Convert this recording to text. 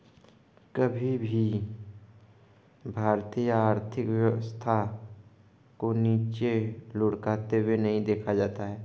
कभी भी भारतीय आर्थिक व्यवस्था को नीचे लुढ़कते हुए नहीं देखा जाता है